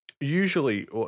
Usually